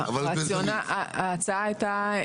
ההצעה הייתה,